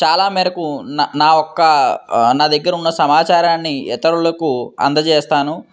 చాలా మేరకు నా నా ఒక్క నా దగ్గరున్న సమాచారాన్ని ఇతరులకు అందజేస్తాను